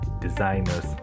designers